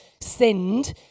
sinned